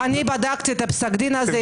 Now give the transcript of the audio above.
בדקתי את פסק הדין הזה.